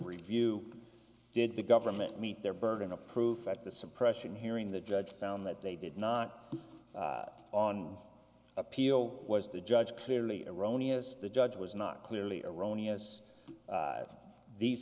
review did the government meet their burden of proof at the suppression hearing the judge found that they did not on appeal was the judge clearly erroneous the judge was not clearly erroneous these